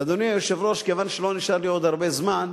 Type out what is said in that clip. אדוני היושב-ראש, כיוון שלא נשאר לי עוד הרבה זמן,